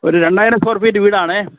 ഒരു രണ്ടായിരം square feet വീടാണേ